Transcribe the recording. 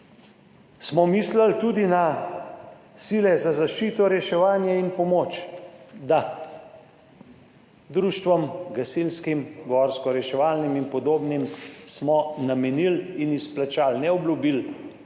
Smo mislili tudi na sile za zaščito, reševanje in pomoč, da. Društvom, gasilskim, gorsko-reševalnim in podobnim, smo namenili in izplačali - ne obljubili